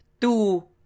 Two